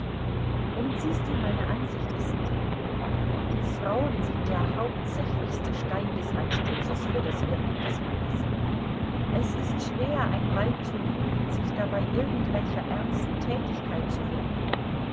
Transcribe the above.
und siehst du meine ansicht ist die die frauen sind der hauptsächlichste stein des anstoßes für das wirken des mannes es ist schwer ein weib zu lieben und sich dabei irgendwelcher ernsten tätigkeit zu widmen